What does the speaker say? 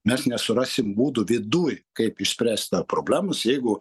mes nesurasim būdų viduj kaip išspręst tą problemos jeigu